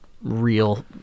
real